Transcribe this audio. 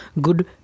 good